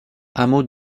hameau